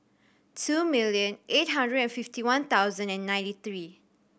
two million eight hundred and fifty one thousand and ninety three